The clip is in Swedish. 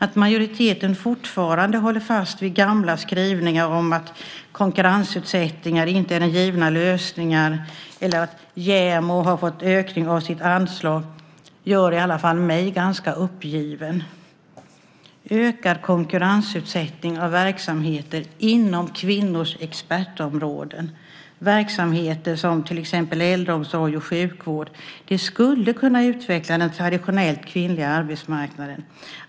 Att majoriteten fortfarande håller fast vid gamla skrivningar om att konkurrensutsättningar inte är den givna lösningen eller att JämO har fått ökning av sitt anslag gör i alla fall mig ganska uppgiven. Ökad konkurrensutsättning inom kvinnors expertområden, verksamheter som äldreomsorg och sjukvård, skulle kunna utveckla den traditionellt kvinnliga arbetsmarknaden.